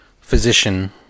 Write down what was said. physician